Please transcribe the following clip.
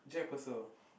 Jack-Purcell